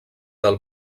del